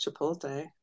chipotle